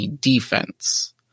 defense